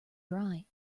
dry